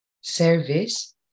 Service